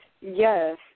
Yes